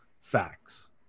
facts